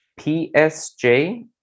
PSJ